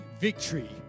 victory